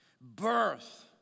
Birth